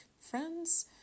friends